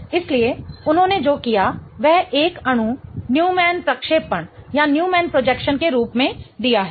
इसलिए उन्होंने जो किया है वह एक अणु न्यूमैन प्रक्षेपण के रूप में दिया है